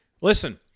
Listen